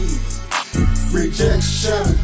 Rejection